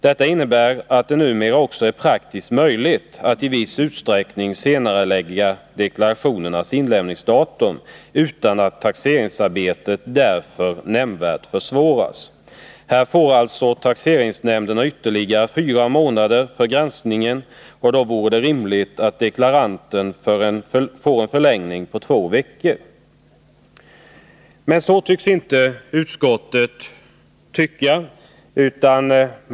Detta innebär att det numera också är praktiskt möjligt att i viss utsträckning senarelägga deklarationernas inlämningsdatum utan att taxeringsarbetet därför nämnvärt försvåras. Taxeringsnämnderna har alltså fått ytterligare fyra månader på sig för granskningen, och då vore det rimligt att deklaranten fick två veckor till på sig. Men det tycker inte utskottet.